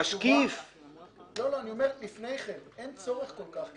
אין צורך כל כך.